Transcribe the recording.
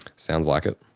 sounds like it.